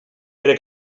pere